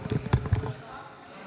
חברי הכנסת)